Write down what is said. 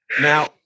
Now